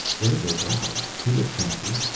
there's odal. he looks happy.